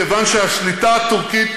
כיוון שהשליטה הטורקית,